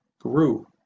grew